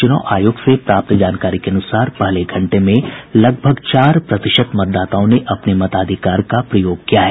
चुनाव आयोग से प्राप्त जानकारी के अनुसार पहले घंटे में लगभग चार प्रतिशत मतदाताओं ने अपने मताधिकार का प्रयोग किया है